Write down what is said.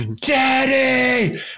daddy